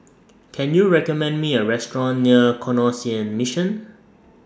Can YOU recommend Me A Restaurant near Canossian Mission